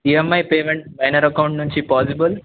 ఈ M I payment minor account నుంచి possible